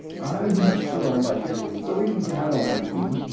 i'm not sure i like it for reasons of my own, i mean.